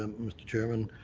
um mr. chairman.